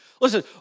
listen